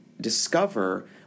discover